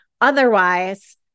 Otherwise